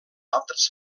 altres